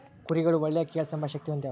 ಕುರಿಗುಳು ಒಳ್ಳೆ ಕೇಳ್ಸೆಂಬ ಶಕ್ತಿ ಹೊಂದ್ಯಾವ